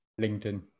LinkedIn